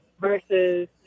versus